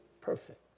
perfect